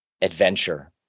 adventure